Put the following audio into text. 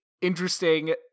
interesting